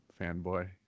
fanboy